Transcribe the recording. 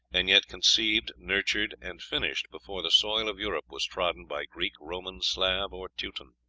and yet conceived, nurtured, and finished before the soil of europe was trodden by greek, roman, slav, or teuton.